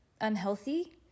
unhealthy